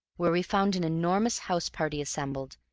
where we found an enormous house-party assembled,